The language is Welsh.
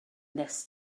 nes